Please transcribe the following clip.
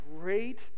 great